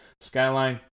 Skyline